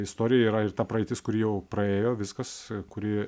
istorija yra ir ta praeitis kuri jau praėjo viskas kuri